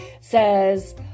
says